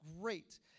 great